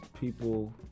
people